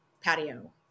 patio